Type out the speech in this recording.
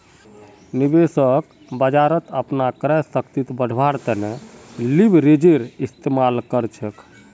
निवेशक बाजारत अपनार क्रय शक्तिक बढ़व्वार तने लीवरेजेर इस्तमाल कर छेक